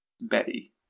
Betty